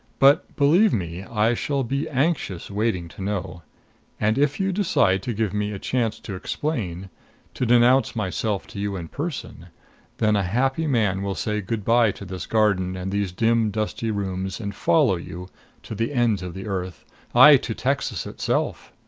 but, believe me, i shall be anxiously waiting to know and if you decide to give me a chance to explain to denounce myself to you in person then a happy man will say good-by to this garden and these dim dusty rooms and follow you to the ends of the earth aye, to texas itself!